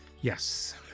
Yes